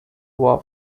war